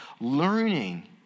learning